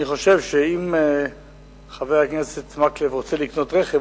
אני חושב שאם חבר הכנסת מקלב רוצה לקנות רכב,